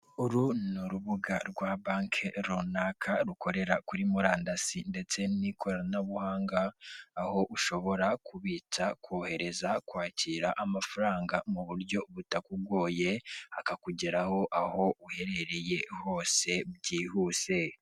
Uru n’ urubuga rwa banki runaka rukorera kuri murandasi ndetse n'ikoranabuhanga aho ushobora kubitsa kohereza kwakira amafaranga mu buryo butakugoye akakugeraho aho uherereye hose byihuse.